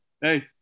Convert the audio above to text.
Hey